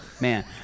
Man